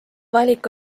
valik